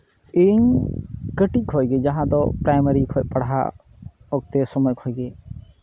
ᱤᱧ ᱠᱟᱹᱴᱤᱡ ᱠᱷᱚᱡ ᱜᱮ ᱡᱟᱦᱟᱸ ᱫᱚ ᱯᱨᱟᱭᱢᱟᱨᱤ ᱠᱷᱚᱡ ᱯᱟᱲᱦᱟᱜ ᱚᱠᱛᱮ ᱥᱚᱢᱚᱭ ᱠᱷᱚᱡ ᱜᱮ